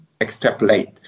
extrapolate